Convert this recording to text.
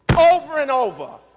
over and over.